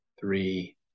three